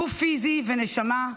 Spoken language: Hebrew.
גוף פיזי ונשמה,